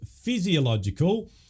physiological